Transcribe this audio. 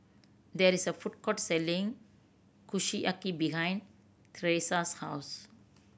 there is a food court selling Kushiyaki behind Teresa's house